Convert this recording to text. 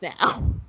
now